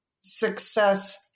success